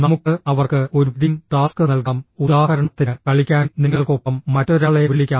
നമുക്ക് അവർക്ക് ഒരു ടീം ടാസ്ക് നൽകാം ഉദാഹരണത്തിന് കളിക്കാൻ നിങ്ങൾക്കൊപ്പം മറ്റൊരാളെ വിളിക്കാം